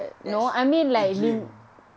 that's a dream